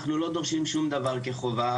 אנחנו לא דורשים שום דבר כחובה,